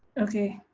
ok.